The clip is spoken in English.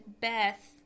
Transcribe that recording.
Beth